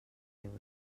euros